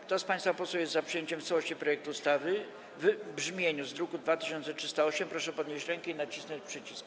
Kto z państwa posłów jest za przyjęciem w całości projektu ustawy w brzmieniu z druku nr 2308, proszę podnieść rękę i nacisnąć przycisk.